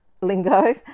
lingo